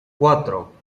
cuatro